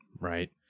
right